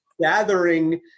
gathering